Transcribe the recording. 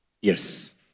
Yes